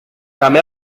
també